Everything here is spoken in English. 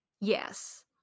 Yes